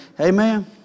Amen